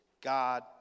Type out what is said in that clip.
God